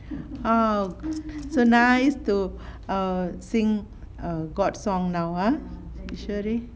oh so nice to err sing err god song now ah Eswari